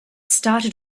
started